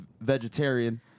vegetarian